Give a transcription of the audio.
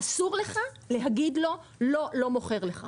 אסור לך להגיד לו שאתה לא מוכר לו.